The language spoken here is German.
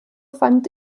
fand